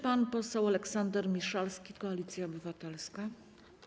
Pan poseł Aleksander Miszalski, Koalicja Obywatelska.